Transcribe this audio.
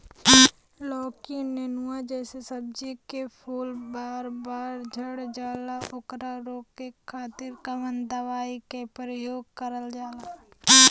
लौकी नेनुआ जैसे सब्जी के फूल बार बार झड़जाला ओकरा रोके खातीर कवन दवाई के प्रयोग करल जा?